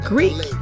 Greek